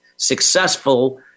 Successful